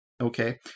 Okay